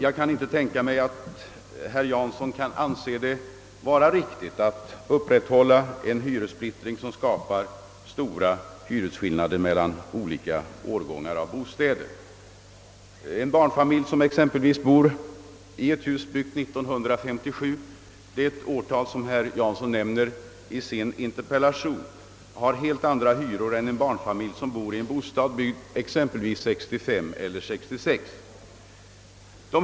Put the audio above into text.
Jag kan inte tänka mig att herr Jansson skulle anse det vara riktigt att upprätthålla en hyressättning, som skapar stora skillnader i hyra mellan olika årgångar av bostäder. En barnfamilj som exempelvis bor i ett hus byggt 1957 — det årtal som herr Jansson nämner i sin interpellation — har en helt annan hyra än en familj som bor i en bostad byggd 1965 eller 1966.